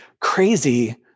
Crazy